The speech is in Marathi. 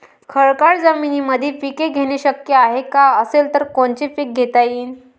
खडकाळ जमीनीमंदी पिके घेणे शक्य हाये का? असेल तर कोनचे पीक घेता येईन?